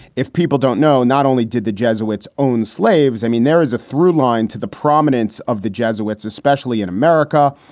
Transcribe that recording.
if people don't know, not only did the jesuits own slaves. i mean, there is a through line to the prominence of the jesuits, especially in america.